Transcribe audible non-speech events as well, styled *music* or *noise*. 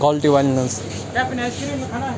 quality والٮ۪ن ہٕنٛز *unintelligible*